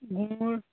গুড়